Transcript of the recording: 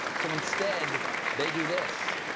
so instead they do this.